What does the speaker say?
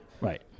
Right